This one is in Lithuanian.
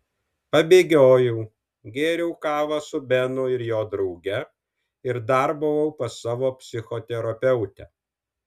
pabėgiojau gėriau kavą su benu ir jo drauge ir dar buvau pas savo psichoterapeutę